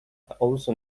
also